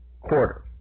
quarter